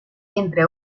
entre